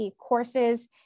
courses